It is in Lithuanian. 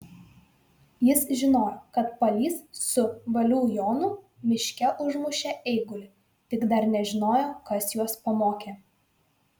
jis žinojo kad palys su valių jonu miške užmušė eigulį tik dar nežinojo kas juos pamokė